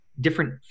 different